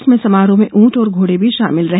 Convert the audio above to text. इसमें समारोह में ऊंट और घोडे भी शामिल रहे